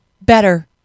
better